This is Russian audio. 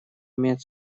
имеет